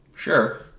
Sure